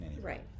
right